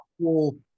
cool